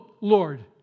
Lord